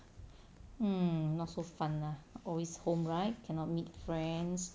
mm not so fun lah always home right cannot meet friends